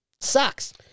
Sucks